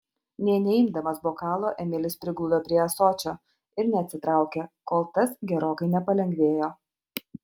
nė neimdamas bokalo emilis prigludo prie ąsočio ir neatsitraukė kol tas gerokai nepalengvėjo